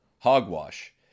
hogwash